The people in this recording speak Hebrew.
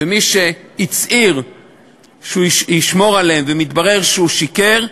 ומי שהצהיר שהוא ישמור עליהם ומתברר שהוא שיקר,